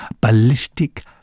ballistic